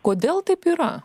kodėl taip yra